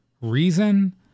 reason